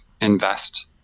invest